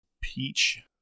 peach